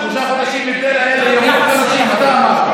בשלושת החודשים האלה ימותו אנשים, אתה אמרת.